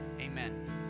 amen